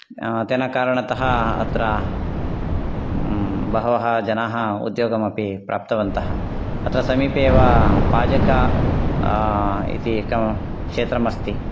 तेन कारणतः अत्र बहवः जनाः उद्योगमपि प्राप्तवन्तः अत्र समीपे एव पाजक इति एकं क्षेत्रमस्ति